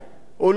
הוא לא מבין,